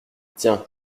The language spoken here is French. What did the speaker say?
tiens